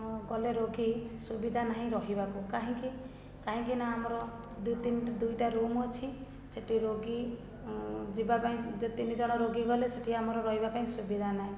ଗଲେ ରୋଗୀ ସୁବିଧା ନାହିଁ ରହିବାକୁ କାହିଁକି କାହିଁକି ନା ଆମର ଦୁଇ ତିନିଟା ଦୁଇଟା ରୁମ୍ ଅଛି ସେଇଠି ରୋଗୀ ଯିବାପାଇଁ ଯଦି ତିନିଜଣ ରୋଗୀ ଗଲେ ସେଇଠି ଆମର ରହିବା ପାଇଁ ସୁବିଧା ନାହିଁ